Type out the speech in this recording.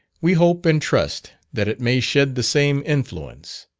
we hope and trust that it may shed the same influence.